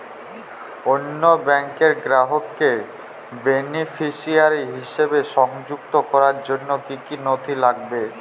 অন্য ব্যাংকের গ্রাহককে বেনিফিসিয়ারি হিসেবে সংযুক্ত করার জন্য কী কী নথি লাগবে?